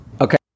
Okay